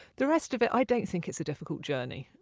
the rest of it, i don't think it's a difficult journey.